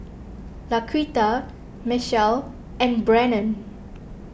Laquita Mechelle and Brannon